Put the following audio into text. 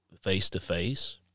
face-to-face